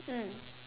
mm